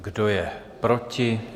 Kdo je proti?